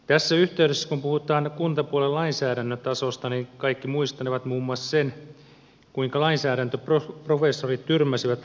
tässä yhteydessä kun puhutaan kuntapuolen lainsäädäntötasosta kaikki muistanevat muun muassa sen kuinka lainsäädäntöprofessorit tyrmäsivät kuntauudistuslainsäädännön